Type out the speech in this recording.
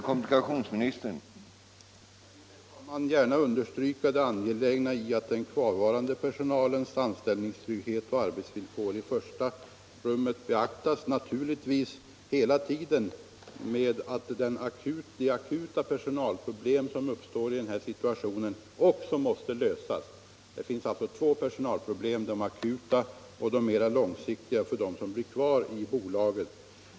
Herr talman! Jag vill gärna understryka det angelägna i att den kvarvarande personalens anställningstrygghet och arbetsvillkor i första rummet beaktas. De akuta personalproblem som uppstår i den här situationen måste naturligtvis också lösas. Det finns alltså två personalproblem — de akuta, och de mer långsiktiga för dem som blir kvar i bolaget.